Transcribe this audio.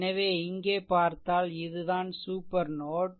எனவே இங்கே பார்த்தால் இதுதான் சூப்பர் நோட்